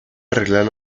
arreglar